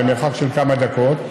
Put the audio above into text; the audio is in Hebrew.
במרחק של כמה דקות,